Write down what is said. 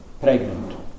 pregnant